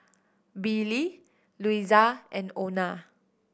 Billie Louisa and Ona